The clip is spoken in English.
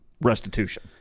restitution